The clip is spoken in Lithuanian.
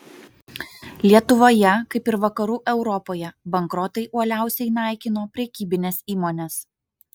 lietuvoje kaip ir vakarų europoje bankrotai uoliausiai naikino prekybines įmones